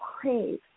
crave